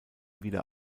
wieder